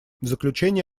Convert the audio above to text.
заключение